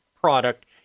product